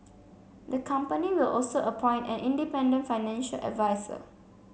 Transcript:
the company will also appoint an independent financial adviser